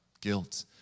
guilt